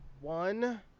one